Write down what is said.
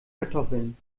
kartoffeln